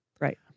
Right